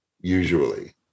usually